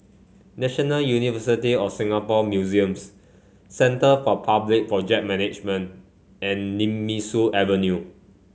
National University of Singapore Museums Centre for Public Project Management and Nemesu Avenue